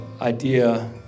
idea